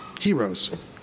Heroes